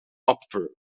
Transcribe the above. obverse